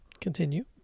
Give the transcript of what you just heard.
Continue